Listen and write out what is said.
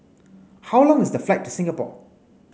how long is the flight to Singapore